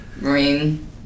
marine